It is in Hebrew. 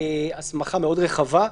הסמכה מאוד רחבה.